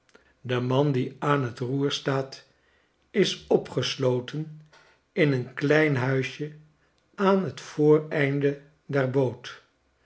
de man die aan t roer staat is opgesloten in een klein huisje aan t vooreinde der boot